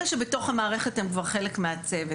אלה שבתוך המערכת הם כבר חלק מהצוות,